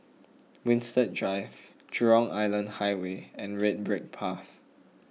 Winstedt Drive Jurong Island Highway and Red Brick Path